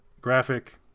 graphic